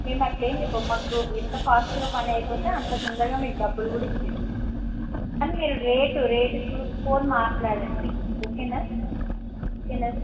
మేము అట్లా ఏం చెప్పము మాకు ఎంత ఫాస్ట్గా పని అయిపోతే అంత తొందరగా మీకు డబ్బులు కూడా ఇచ్చేస్తాము కానీ మీరు రేటు రేటు చూసుకొని మాట్లాడండి ఓకేనా ఓకేనా